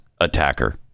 attacker